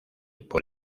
por